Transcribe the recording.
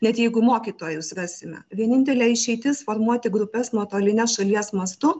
net jeigu mokytojus vesime vienintelė išeitis formuoti grupes nuotolines šalies mastu